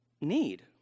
need